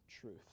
truth